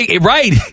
Right